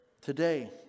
Today